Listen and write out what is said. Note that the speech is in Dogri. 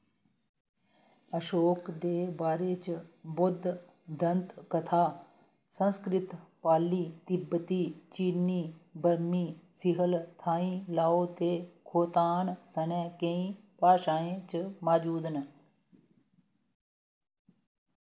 अशोक दे बारे च बौद्ध दंद कत्थां संस्कृत पाली तिब्बती चीनी बर्मी सिंहल थाई लाओ ते खोतान सनै केईं भाशाएं च मजूद न